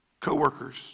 co-workers